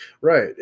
Right